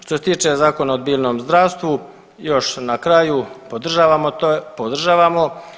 Što se tiče Zakona o biljnom zdravstvu još na kraju podržavamo to, podržavamo.